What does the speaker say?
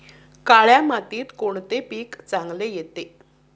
काळ्या मातीत कोणते पीक चांगले येते?